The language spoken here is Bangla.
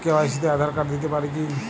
কে.ওয়াই.সি তে আঁধার কার্ড দিতে পারি কি?